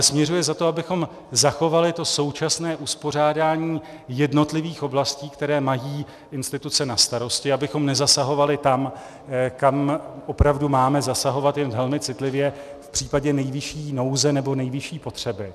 Směřuje ale za to, abychom zachovali to současné uspořádání jednotlivých oblastí, které mají instituce na starosti, abychom nezasahovali tam, kam opravdu máme zasahovat jen velmi citlivě v případě nejvyšší nouze nebo nejvyšší potřeby.